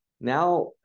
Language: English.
now